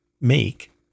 make